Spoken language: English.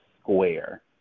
Square